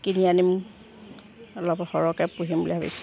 কিনি আনিম অলপ সৰহকৈ পুহিম বুলি ভাবিছো